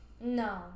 No